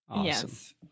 Yes